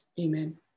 Amen